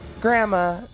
Grandma